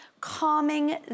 calming